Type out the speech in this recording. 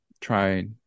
try